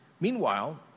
Meanwhile